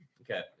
Okay